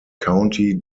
county